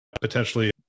potentially